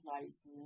license